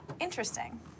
interesting